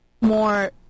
more